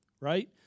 right